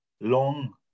long